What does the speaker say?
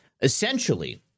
essentially